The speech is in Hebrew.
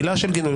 מילה של גינוי.